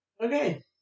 Okay